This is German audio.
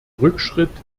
rückschritt